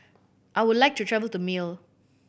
I would like to travel to Male